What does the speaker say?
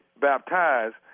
baptized